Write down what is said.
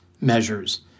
measures